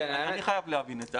אני חייב להבין את זה.